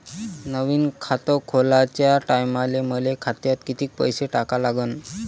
नवीन खात खोलाच्या टायमाले मले खात्यात कितीक पैसे टाका लागन?